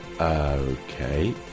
okay